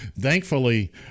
Thankfully